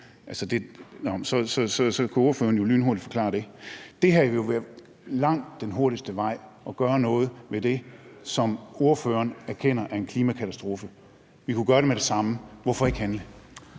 må ordføreren lynhurtigt kunne forklare. Det her vil jo være langt den hurtigste vej at gøre noget ved det, som ordføreren erkender er en klimakatastrofe. Vi kunne gøre det med det samme, hvorfor ikke handle?